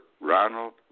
Ronald